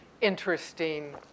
interesting